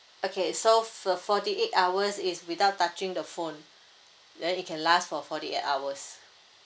okay so fo~ forty eight hours is without touching the phone then it can last for forty eight hours